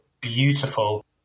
beautiful